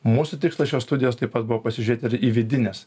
mūsų tikslas šios studijos taip pat buvo pasižiūrėti ir į vidines